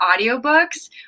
audiobooks